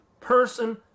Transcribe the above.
person